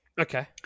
Okay